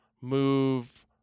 move –